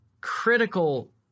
critical